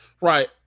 Right